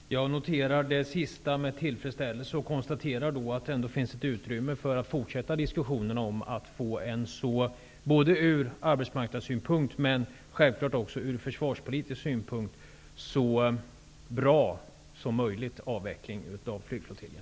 Herr talman! Jag noterar det sista med tillfredsställelse och konstaterar att det finns utrymme för att fortsätta diskussionen om att få till stånd en så bra avveckling av flygflottiljerna som möjligt -- både ur arbetsmarknadssynpunkt och ur försvarspolitisk synpunkt. Tack för svaret.